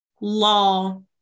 law